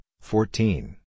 fourteen